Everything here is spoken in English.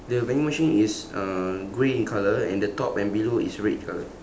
the vending machine is uh grey in colour and the top and below is red colour